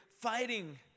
fighting